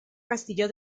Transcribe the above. castillo